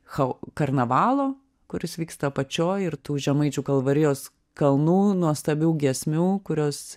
cha karnavalo kuris vyksta apačioj ir tų žemaičių kalvarijos kalnų nuostabių giesmių kurios